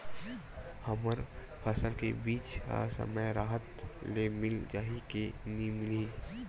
हमर फसल के बीज ह समय राहत ले मिल जाही के नी मिलही?